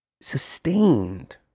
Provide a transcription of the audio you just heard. sustained